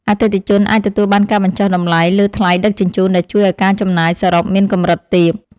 អតិថិជនអាចទទួលបានការបញ្ចុះតម្លៃលើថ្លៃដឹកជញ្ជូនដែលជួយឱ្យការចំណាយសរុបមានកម្រិតទាប។